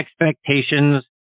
expectations